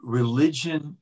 religion